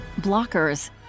Blockers